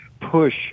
push